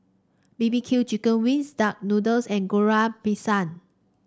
B B Q Chicken Wings Duck Noodles and Goreng Pisang